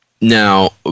Now